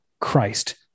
christ